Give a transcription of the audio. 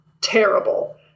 terrible